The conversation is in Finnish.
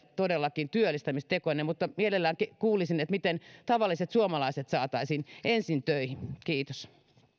todellakin teidän työllistämistekonne mutta mielelläni kuulisin miten tavalliset suomalaiset saataisiin ensin töihin kiitos